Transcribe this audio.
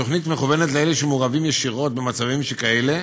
התוכנית מכוונת לאלה שמעורבים ישירות במצבים כאלה,